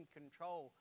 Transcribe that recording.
control